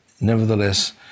Nevertheless